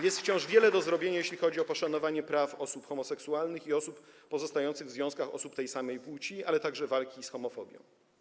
Jest wciąż wiele do zrobienia, jeśli chodzi o poszanowanie praw osób homoseksualnych i pozostających w związkach osób tej samej płci, ale także jeśli chodzi o walkę z homofobią.